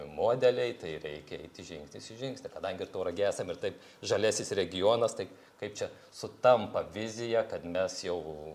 modeliai tai reikia eiti žingsnis į žingsnį kadangi tauragė esam ir taip žaliasis regionas tai kaip čia sutampa vizija kad mes jau